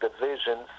divisions